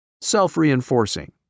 Self-reinforcing